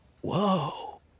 whoa